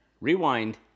Rewind